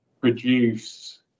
produce